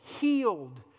healed